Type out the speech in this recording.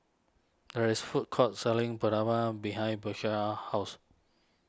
there is food court selling behind house